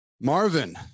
Marvin